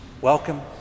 Welcome